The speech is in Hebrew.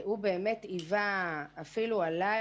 אם הבחורה של הרשות לצרכן